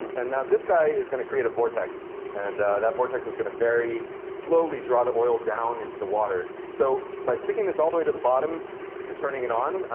and now this guy is going to create a vortex and that vortex is going to very slowly draw the oil down into the water. so by sticking this all the way to the bottom and turning it on,